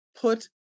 put